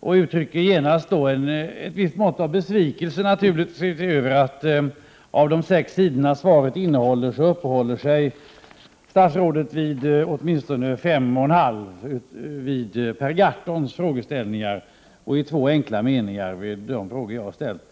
och uttrycker genast ett visst mått av besvikelse över att statsrådet på åtminstone fem och en halv sida av det sex sidor långa skrivna svaret uppehåller sig vid Per Gahrtons frågeställningar och i två enkla meningar vid de frågor jag har ställt.